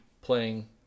Playing